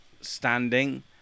standing